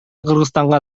кыргызстанга